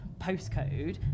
postcode